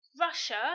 Russia